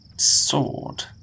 sword